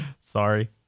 Sorry